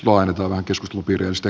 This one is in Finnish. herra puhemies